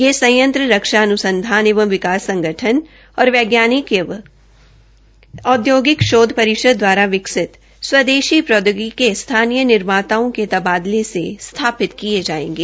यह संयंत्र रक्षा अन्संधान एवं विकास संगठन और वैज्ञानिक एवं औदयोगिक शोध परिषद दवारा विकसित स्वदेशी प्रौदयोगिकी के स्थानीय निर्माताओं के तबादले से स्थापित किये जायेंगे